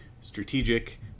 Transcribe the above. strategic